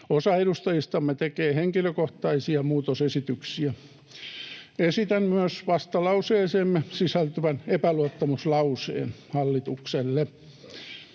Osa edustajistamme tekee henkilökohtaisia muutosesityksiä. Esitän myös vastalauseeseemme sisältyvän epäluottamuslauseen hallitukselle.